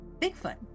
Bigfoot